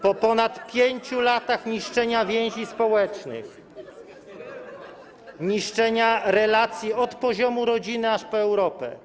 Po ponad 5 latach niszczenia więzi społecznych, niszczenia relacji od poziomu rodziny aż po Europę.